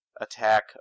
attack